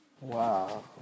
Wow